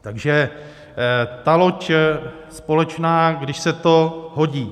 Takže ta loď společná, když se to hodí.